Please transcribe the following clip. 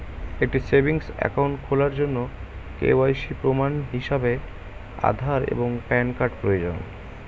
একটি savings account খোলার জন্য কে.ওয়াই.সি প্রমাণ হিসাবে আধার এবং প্যান কার্ড প্রয়োজন